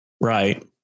Right